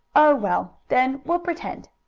oh, well, then we'll pretend.